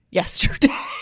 yesterday